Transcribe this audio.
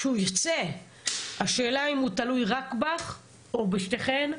אז השאלה היא האם זה תלוי רק בך או בשתיכן?